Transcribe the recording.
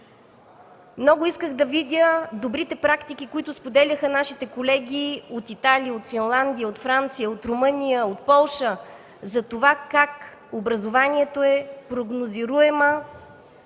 Много исках да видя добрите практики, която споделяха нашите колеги от Италия, Финландия, Франция, Румъния, Полша за това как образованието е прогнозируема